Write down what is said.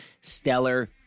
Stellar